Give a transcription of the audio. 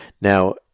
Now